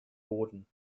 boden